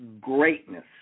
greatness